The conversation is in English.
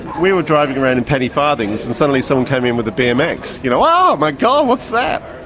we were driving around in penny-farthings and suddenly someone came in with a bmx, you know? oh my god! what's that?